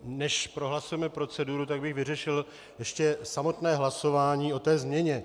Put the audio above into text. Než prohlasujeme proceduru, tak bych vyřešil ještě samotné hlasování o té změně.